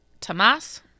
Tomas